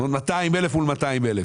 200,000 מול 200,000,